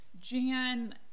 jan